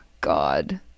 God